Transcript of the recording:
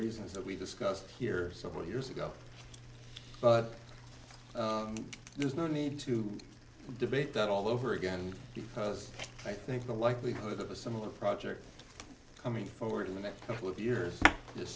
reasons that we discussed here several years ago but there's no need to debate that all over again because i think the likelihood of a similar project coming forward in the next couple of years is